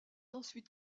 ensuite